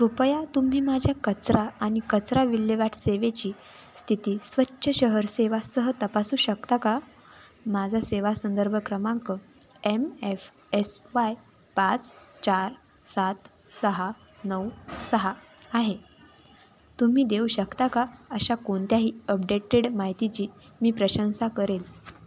कृपया तुम्ही माझ्या कचरा आणि कचरा विल्हेवाट सेवेची स्थिती स्वच्छ शहर सेवासह तपासू शकता का माझा सेवा संदर्भ क्रमांक एम एफ एस वाय पाच चार सात सहा नऊ सहा आहे तुम्ही देऊ शकता का अशा कोणत्याही अपडेटेड माहितीची मी प्रशंसा करेन